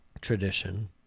tradition